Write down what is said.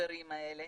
המבוגרים האלה